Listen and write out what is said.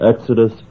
Exodus